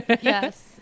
Yes